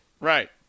Right